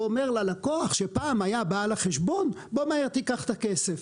הוא אומר ללקוח שפעם היה בעל החשבון בוא מהר וקח את הכסף.